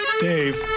Dave